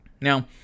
Now